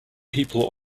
people